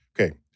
Okay